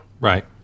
Right